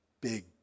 big